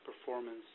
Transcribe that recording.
performance